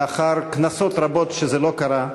לאחר כנסות רבות שזה לא קרה,